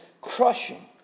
crushing